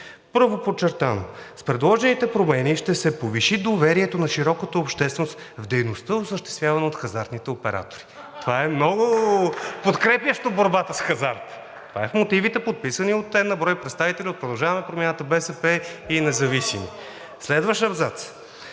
Първо подчертано: „С предложените промени ще се повиши доверието на широката общественост в дейността, осъществявана от хазартните оператори.“ (Смях от ГЕРБ-СДС.) Това е много подкрепящо борбата с хазарта. Това е в мотивите, подписани от n на брой представители от „Продължаваме Промяната“, БСП и независимите. Следващ абзац: